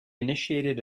initiated